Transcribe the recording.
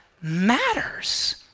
matters